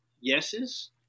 yeses